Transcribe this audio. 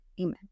Amen